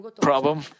problem